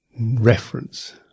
reference